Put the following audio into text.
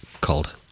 called